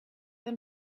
them